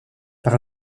par